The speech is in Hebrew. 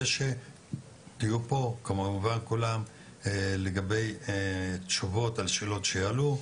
ושתהיו פה כמובן כולם לגבי תשובות על שאלות שיעלו,